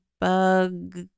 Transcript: bug